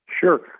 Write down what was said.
Sure